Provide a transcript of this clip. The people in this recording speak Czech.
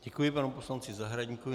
Děkuji panu poslanci Zahradníkovi.